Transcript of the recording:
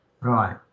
Right